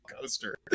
Coaster